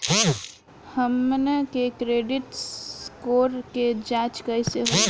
हमन के credit score के जांच कैसे होइ?